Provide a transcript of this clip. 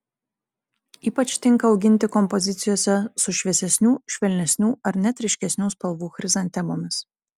ypač tinka auginti kompozicijose su šviesesnių švelnesnių ar net ryškesnių spalvų chrizantemomis